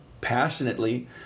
passionately